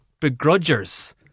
begrudgers